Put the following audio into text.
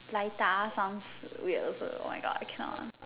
Lita sounds weird also oh my God I cannot